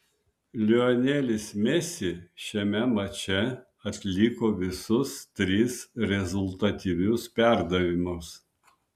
lionelis messi šiame mače atliko visus tris rezultatyvius perdavimus